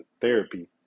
therapy